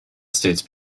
states